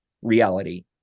Reality